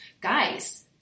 guys